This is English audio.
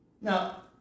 now